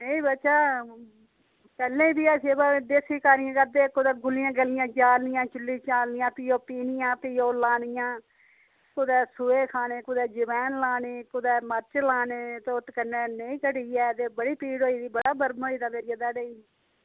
नेईं बच्चा पहलें बी है ही पर देसी कारियां करदे हे कुतै गुलिया गलियां जालनियां चुल्ली जालनियां फ्ही ह् पीह्नियां फ्ही ओह् लानियां कुतै सोए खाने कुतै जवैन लानी कुतै मर्च लानी ते उस कन्नै नेईं घटी ऐ बड़ी पीड़ होई दी बड़ा बर्म होए दा ऐ दाढ़ै गी